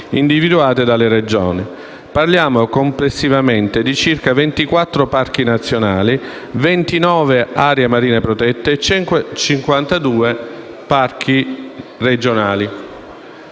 Parliamo complessivamente di circa 24 parchi nazionali, 29 aree marine protette e 52 parchi regionali.